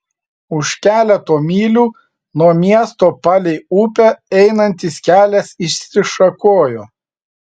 už keleto mylių nuo miesto palei upę einantis kelias išsišakojo